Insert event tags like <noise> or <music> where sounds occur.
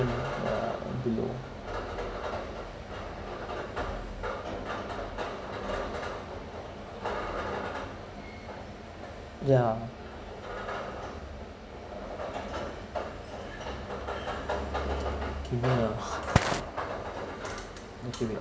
yeah below ya give me a <noise> okay